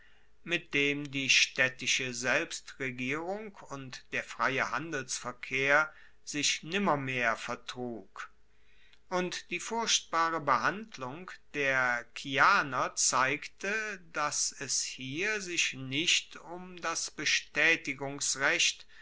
mit dem die staedtische selbstregierung und der freie handelsverkehr sich nimmermehr vertrug und die furchtbare behandlung der kianer zeigte dass es hier sich nicht um das